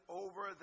over